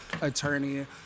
attorney